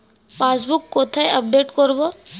Passbook কোথায় update করব?